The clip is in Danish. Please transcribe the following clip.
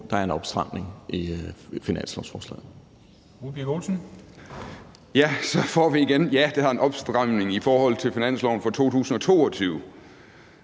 at der en opstramning i finanslovsforslaget.